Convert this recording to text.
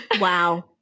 Wow